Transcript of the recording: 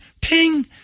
ping